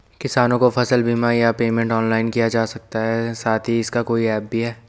किसानों को फसल बीमा या पेमेंट ऑनलाइन किया जा सकता है साथ ही इसका कोई ऐप भी है?